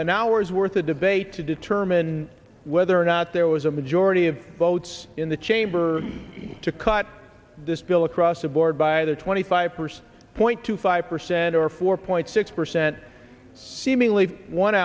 an hour's worth of debate to determine whether or not there was a majority of votes in the chamber to cut this bill across the board by the twenty five percent point two five percent or four point six percent seemingly one